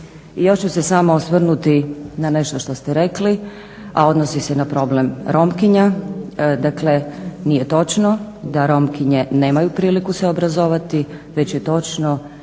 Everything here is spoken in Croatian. još ću se samo osvrnuti na nešto što ste rekli, a odnosi se na problem Romkinja. Dakle, nije točno da Romkinje nemaju priliku se obrazovati već je točno da Romkinje